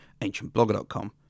AncientBlogger.com